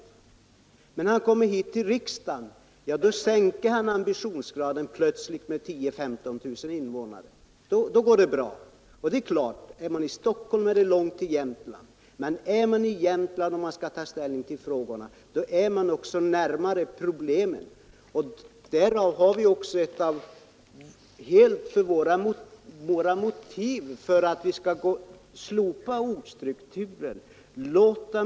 Men när han kommer hit till riksdagen går det plötsligt bra att sänka ambitionsgraden med 10 000—15 000 invånare. Det är klart att är man i Stockholm är det långt till Jämtland, men är man i Jämtland och skall ta ställning till frågorna, då motiv för att slopa ortsstrukturerna och låta de människor som bor i ämma och se hur orten och länet är man också närmare problemen.